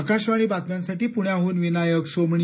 आकाशवाणी बातम्यांसाठी पुण्याहून विनायक सोमणी